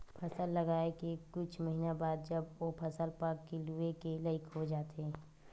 फसल लगाए के कुछ महिना बाद जब ओ फसल पक के लूए के लइक हो जाथे